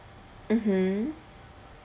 mmhmm